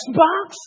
Xbox